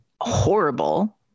horrible